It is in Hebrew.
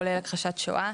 כולל הכחשת שואה.